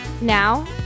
Now